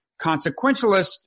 consequentialist